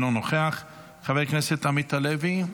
אינו נוכח, חבר הכנסת עמית הלוי,